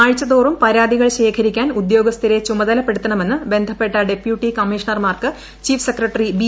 ആഴ്ച തോറും പരാതികൾ ശേഖരിക്കാൻ ഉദ്യോഗസ്ഥരെ ചുമതലപ്പെടുത്തണമെന്ന് ബന്ധപ്പെട്ട ഡെപ്യൂട്ടി കമ്മീഷണർമാർക്ക് ചീഫ് സെക്രട്ടറി ബി